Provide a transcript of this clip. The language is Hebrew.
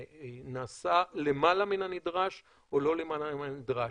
נעשה למעלה מן הנדרש או לא למעלה מן הנדרש?